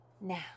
Now